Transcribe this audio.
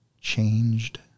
changed